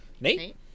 Nate